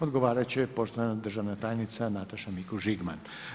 Odgovarat će poštovana državna tajnica Nataša Mikuš Žigman.